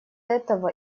этого